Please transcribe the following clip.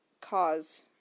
cause